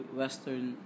western